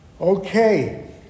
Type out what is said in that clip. Okay